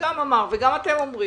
זאת אומרת,